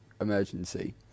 emergency